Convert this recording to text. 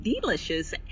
delicious